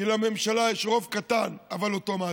כי לממשלה יש רוב קטן אבל אוטומטי,